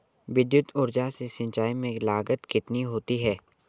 विद्युत ऊर्जा से सिंचाई में लागत कितनी होती है?